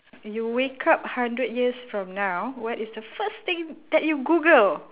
you wake up hundred years from now what is the first thing that you google